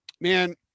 man